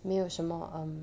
没有什么 um